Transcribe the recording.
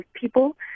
people